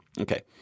Okay